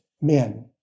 men